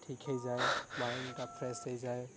ଠିକ୍ ହେଇଯାଏ ମାଇଣ୍ଡ୍ଟା ଫ୍ରେଶ୍ ହେଇଯାଏ